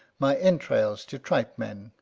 my entrails to tripe men,